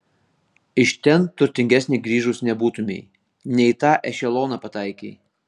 iš ten turtingesnė grįžus nebūtumei ne į tą ešeloną pataikei